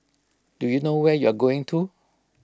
do you know where you're going to